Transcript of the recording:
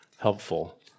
helpful